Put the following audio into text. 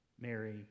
Mary